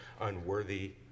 unworthy